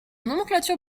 nomenclature